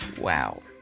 Wow